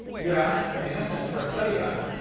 you asked, in essence, for a study guide